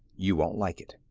you won't like it.